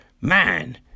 man